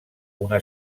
una